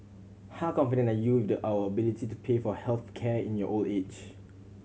how confident are you with our ability to pay for health care in your old age